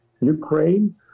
Ukraine